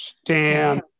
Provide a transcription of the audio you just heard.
Stand